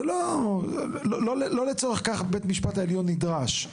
זה לא, לא לצורך כך בית משפט העליון נדרש.